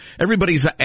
everybody's